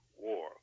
War